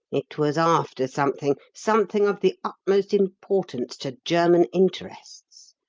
it was after something. something of the utmost importance to german interests.